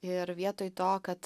ir vietoj to kad